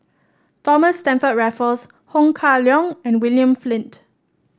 Thomas Stamford Raffles Ho Kah Leong and William Flint